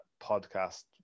podcast